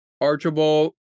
Archibald